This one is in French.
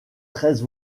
treize